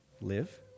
live